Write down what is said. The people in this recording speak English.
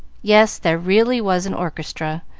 yes, there really was an orchestra,